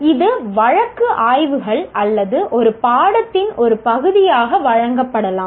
இது வழக்கு ஆய்வுகள் அல்லது ஒரு பாடத்தின் ஒரு பகுதியாக வழங்கப்படலாம்